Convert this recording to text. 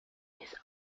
his